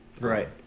Right